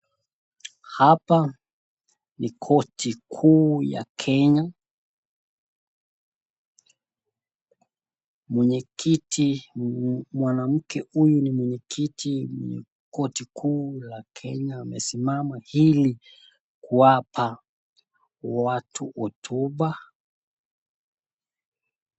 Hapa ni koti kuu ya Kenya, mwanamke huyu ni mwenyekiti wa koti kuu ya Kenya, amesimama ili kuwapa watu hotuba.